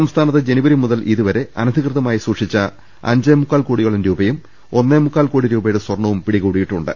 സംസ്ഥാനത്ത് ജനുവരി മുതൽ ഇതുവരെ അനധികൃതമായി സൂക്ഷിച്ച അഞ്ചേമുക്കാൽ കോടിയോളം രൂപയും ഒന്നേമുക്കാൽ കോടി രൂപയുടെ സ്വർണവും പിടികൂടിയിട്ടുണ്ട്